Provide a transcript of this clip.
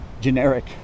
generic